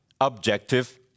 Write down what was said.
objective